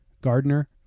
Gardner